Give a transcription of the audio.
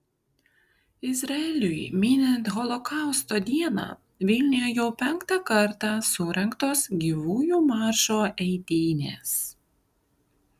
izraeliui minint holokausto dieną vilniuje jau penktą kartą surengtos gyvųjų maršo eitynės